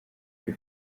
kuri